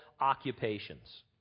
occupations